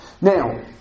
Now